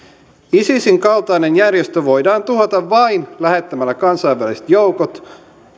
isisin kaltainen järjestö voidaan tuhota vain lähettämällä kansainväliset joukot